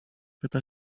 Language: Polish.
pyta